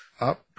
up